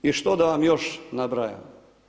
I što da vam još nabrajam.